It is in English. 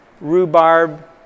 rhubarb